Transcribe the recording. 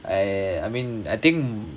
I I mean I think